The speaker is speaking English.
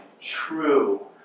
true